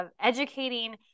educating